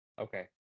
Okay